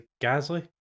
Gasly